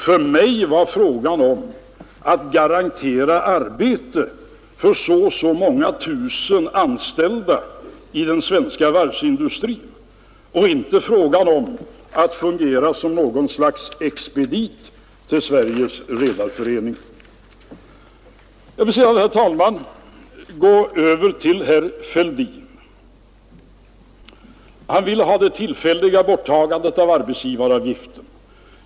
För mig gällde frågan att garantera arbete för så och så många tusen anställda i den svenska varvsindustrin och inte att fungera som något slags expedit till Sveriges redareförening. Jag vill sedan, herr talman, gå över till herr Fälldin. Han vill ha ett tillfälligt borttagande av arbetsgivaravgiften.